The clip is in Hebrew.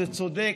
זה צודק,